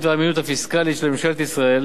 והאמינות הפיסקלית של ממשלת ישראל,